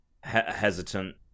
hesitant